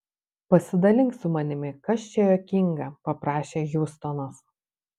pasidalink su manimi kas čia juokinga paprašė hjustonas